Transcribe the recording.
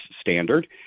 standard